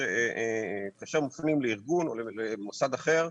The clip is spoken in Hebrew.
כאשר שמים לארגון או למוסד אחר,